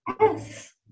Yes